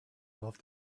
off